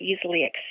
easily